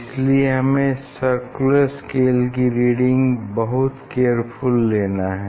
इसलिए हमें circular scale की रीडिंग बहुत केयरफुल लेना है